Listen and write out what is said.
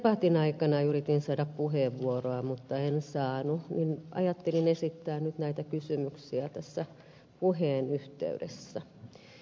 debatin aikana yritin saada puheenvuoroa mutta en saanut joten ajattelin esittää nyt näitä kysymyksiä tässä puheen yhteydessä